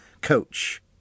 coach